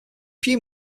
few